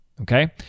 Okay